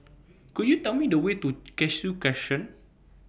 Could YOU Tell Me The Way to Cashew Crescent